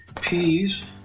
peas